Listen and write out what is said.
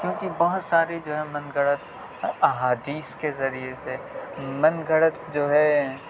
کیونکہ بہت سارے جو ہے من گھڑت احادیث کے ذریعے سے من گھڑت جو ہے